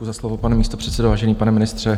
Děkuji za slovo, pane místopředsedo, vážený pane ministře.